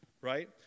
right